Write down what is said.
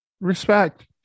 respect